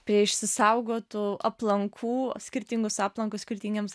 prie išsisaugotų aplankų skirtingus aplankus skirtingiems